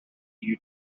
you